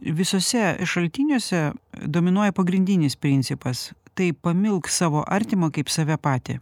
visuose šaltiniuose dominuoja pagrindinis principas tai pamilk savo artimą kaip save patį